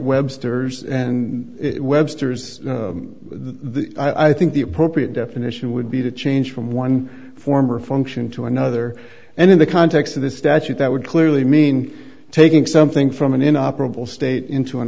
webster's and webster's the i think the appropriate definition would be to change from one form or function to another and in the context of the statute that would clearly mean taking something from an inoperable state into an